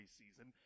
season